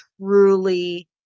truly